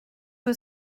que